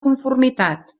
conformitat